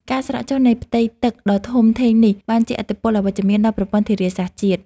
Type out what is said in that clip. ការស្រកចុះនៃផ្ទៃទឹកដ៏ធំធេងនេះ បានជះឥទ្ធិពលអវិជ្ជមានដល់ប្រព័ន្ធធារាសាស្ត្រជាតិ។